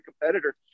competitor